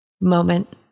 moment